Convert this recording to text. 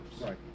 Right